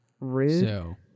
rude